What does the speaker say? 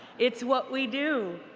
it's what we do.